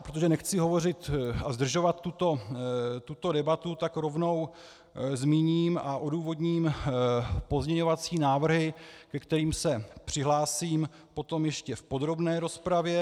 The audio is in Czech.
Protože nechci zdržovat tuto debatu, tak rovnou zmíním a odůvodním pozměňovací návrhy, ke kterým se přihlásím potom ještě v podrobné rozpravě.